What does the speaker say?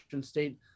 state